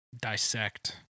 dissect